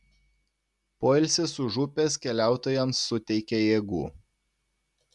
poilsis už upės keliautojams suteikė jėgų